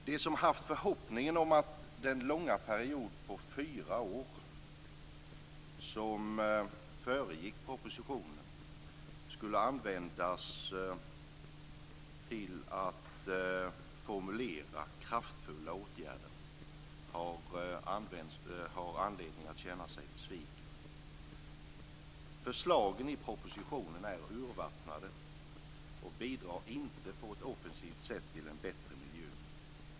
De som haft förhoppningen om att den långa period på fyra år som föregick propositionen skulle användas till att formulera kraftfulla åtgärder har anledning att känna sig besvikna. Förslagen i propositionen är urvattnade och bidrar inte på ett offensivt sätt till en bättre miljö.